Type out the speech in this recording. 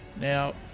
Now